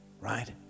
Right